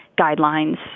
guidelines